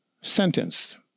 sentenced